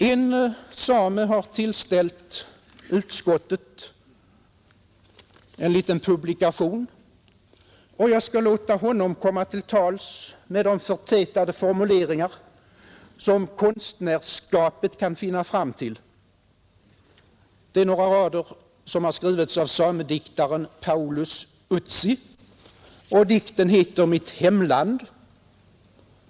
En same har tillställt utskottet en liten publikation. Jag skall låta honom komma till tals med de förtätade formuleringar som konstnärsskapet kan finna fram till. Det är några rader som har skrivits av samediktaren Paulus Utsi, och dikten heter ”Mitt hemland”.